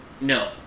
No